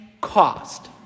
cost